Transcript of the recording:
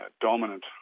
dominant